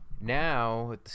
Now